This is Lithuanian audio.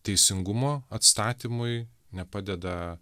teisingumo atstatymui nepadeda